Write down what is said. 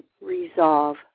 resolve